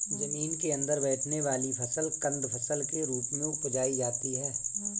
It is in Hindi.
जमीन के अंदर बैठने वाली फसल कंद फसल के रूप में उपजायी जाती है